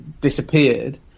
disappeared